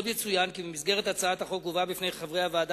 עוד יצוין כי במסגרת הצעת החוק הובאה בפני חברי הוועדה